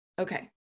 Okay